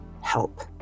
help